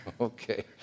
Okay